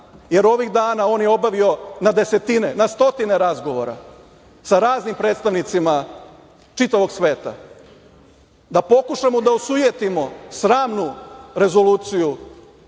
jer ovih dana on je obavio na desetine, na stotine razgovora sa raznim predstavnicima čitavog sveta, da pokušamo da osujetimo sramnu rezoluciju